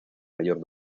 mayor